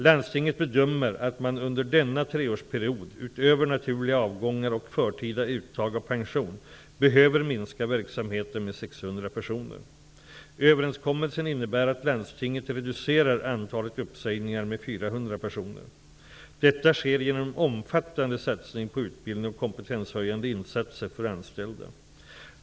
Landstinget bedömer att man under denna treårsperiod, utöver naturliga avgångar och förtida uttag av pension, behöver minska verksamheten med 600 personer. Detta sker genom en omfattande satsning på utbildning och kompetenshöjande insatser för anställda.